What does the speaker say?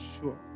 sure